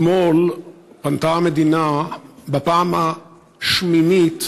אתמול פנתה המדינה בפעם השמינית